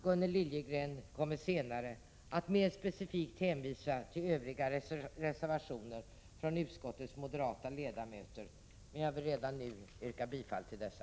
Gunnel Liljegren kommer senare att mer specifikt hänvisa till övriga reservationer från utskottets moderata ledamöter, men jag vill redan nu yrka bifall till dessa.